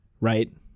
Right